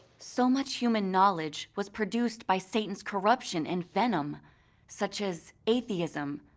so much human knowledge was produced by satan's corruption and venom such as, atheism,